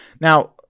now